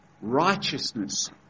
righteousness